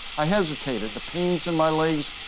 i hesitated. the pains in my legs,